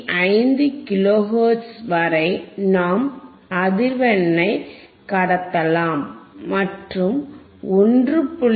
5 kilohertz வரை நாம் அதிர்வெண்ணை கடத்தலாம் மற்றும் 1